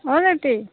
অঁ জ্য়াতি